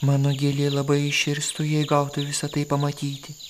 mano gėlė labai įširstų jei gautų visa tai pamatyti